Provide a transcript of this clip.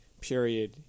period